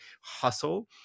hustle